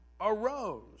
arose